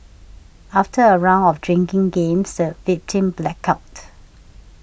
after a round of drinking games the victim blacked out